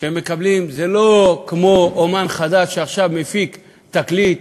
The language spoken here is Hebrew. שהם מקבלים זה לא כמו של אמן חדש שעכשיו מפיק תקליט,